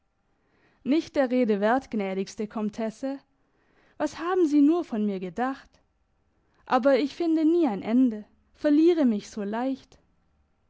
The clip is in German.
nicht der rede wert gnädigste komtesse was haben sie nur von mir gedacht aber ich finde nie ein ende verliere mich so leicht